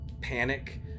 panic